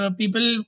people